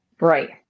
Right